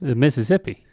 mississippi.